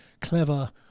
clever